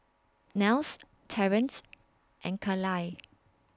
Nels Terrence and Kaleigh